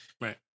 Right